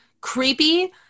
creepy